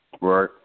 Right